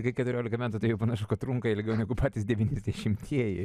iki keturiolika metų tai panašu kad trunka ilgiau negu patys devyniasdešimtieji